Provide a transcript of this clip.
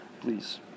please